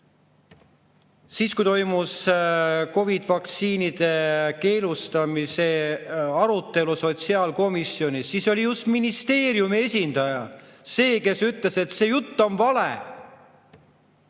Siis, kui toimus COVID-i vaktsiinide keelustamise arutelu sotsiaalkomisjonis, oli just ministeeriumi esindaja see, kes ütles, et see jutt on vale.